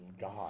God